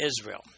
Israel